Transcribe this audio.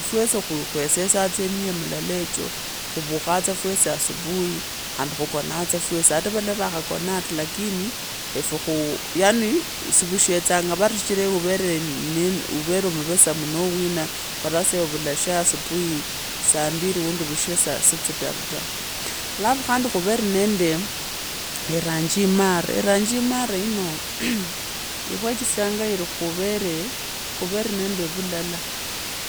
Fwesi kwesesa tsa myuya milala echo, khuvukhaa tsa fwesi asubui khandi khukonaa tsa fwesi atavalala nivakhakonaa ta lakini efwee khu yaani si vushetsanga shichira ewe uvere uu umuvesamu noo wina vosi sha ewe vulasha subui saa mbiri uundi vushe saa tsitoni ta halagu khandi khuvere nende iranji imara iranji imara yino ikwechesyanga vani khuvere nende vulala